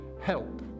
help